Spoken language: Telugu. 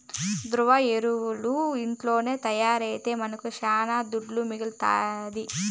ద్రవ ఎరువులు ఇంట్లోనే తయారైతే మనకు శానా దుడ్డు మిగలుతాది